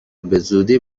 بزودی